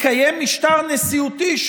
מתקיים משטר נשיאותי,